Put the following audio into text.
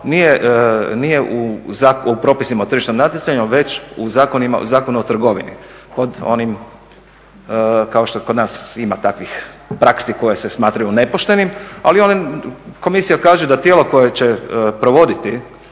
nije u propisima o tržišnom natjecanju već u Zakonu o trgovini pod onim, kao što kod nas ima takvih praksi koje se smatraju nepoštenim. Ali komisija kaže da tijelo koje će to provoditi